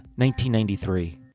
1993